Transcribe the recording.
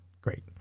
Great